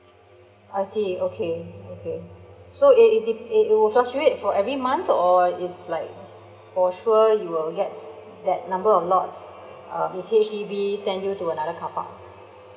I see okay okay so it it it will fluctuate for every month or is like for sure you will get that number of lots uh will H_D_B send you to another carpark